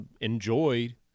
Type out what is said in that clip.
enjoy